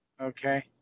Okay